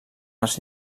els